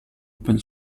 open